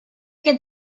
could